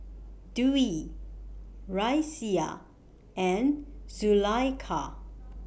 Dwi Raisya and Zulaikha